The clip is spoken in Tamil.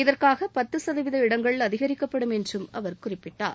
இதற்காக பத்து சதவீத இடங்கள் அதிகரிக்கப்படும் என்றும் அவர் குறிப்பிட்டார்